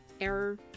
error